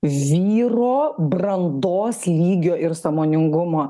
vyro brandos lygio ir sąmoningumo